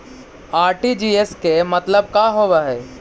RTGS के मतलब का होव हई?